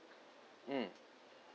mm